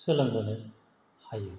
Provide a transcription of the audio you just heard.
सोलोंबोनो हायो